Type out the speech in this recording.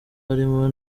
harimo